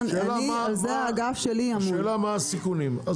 השאלה מה הסיכונים?